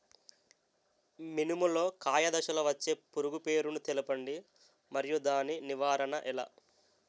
మినుము లో కాయ దశలో వచ్చే పురుగు పేరును తెలపండి? మరియు దాని నివారణ ఎలా?